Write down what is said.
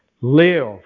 Live